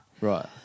Right